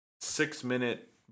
six-minute